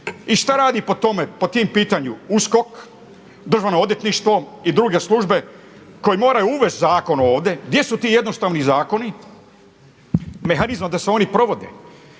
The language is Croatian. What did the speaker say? I šta radi po tom pitanju USKOK, Državno odvjetništvo i druge službe koji moraju uvesti zakon ovdje? Gdje su ti jednostavni zakoni mehanizmi da se oni provode?